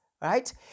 Right